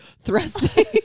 thrusting